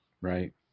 right